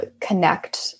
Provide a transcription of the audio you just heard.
connect